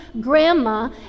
grandma